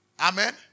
Amen